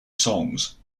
songs